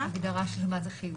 בהגדרה של מה זה חיובי.